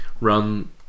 run